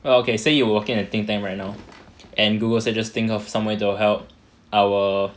well okay say you working at a think tank right now at Google suggesting err some way to help our